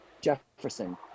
jefferson